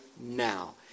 now